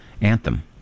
anthem